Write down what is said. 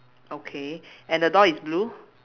okay and the door is blue